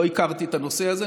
לא הכרתי את הנושא הזה.